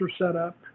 setup